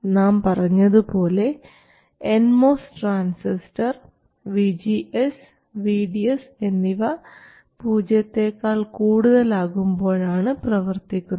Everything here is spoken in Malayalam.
നാം പറഞ്ഞതുപോലെ N MOS transistor VGS VDS എന്നിവ പൂജ്യത്തെക്കാൾ കൂടുതൽ ആകുമ്പോഴാണ് പ്രവർത്തിക്കുക